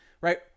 right